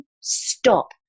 stop